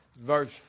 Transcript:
verse